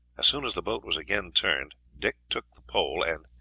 as soon as the boat was again turned, dick took the pole, and,